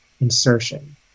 insertion